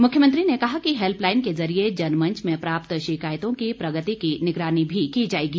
मुख्यमंत्री ने कहा कि हेल्पलाईन के जरिए जनमंच में प्राप्त शिकायतों की प्रगति की निगरानी भी की जाएगी